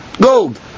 gold